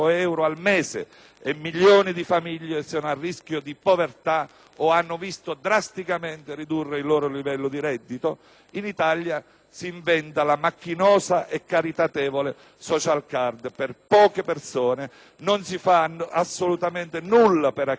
e milioni di famiglie sono a rischio di povertà o hanno visto drasticamente ridurre il loro livello di reddito? In Italia, si inventa la macchinosa e caritatevole *social card* per poche persone, non si fa assolutamente nulla per accrescere i redditi